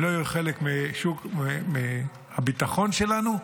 הם לא יהיו חלק מהביטחון שלנו,